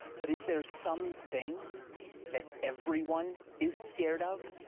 but is there some thing that everyone is scared of?